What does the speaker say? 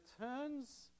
turns